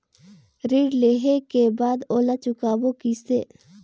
ऋण लेहें के बाद ओला चुकाबो किसे?